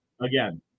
Again